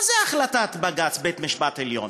מה זה החלטת בג"ץ, בית-המשפט העליון?